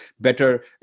better